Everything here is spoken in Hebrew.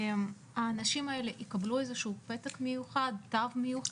האנשים האלה יקבלו איזשהו פתק מיוחד, תו מיוחד.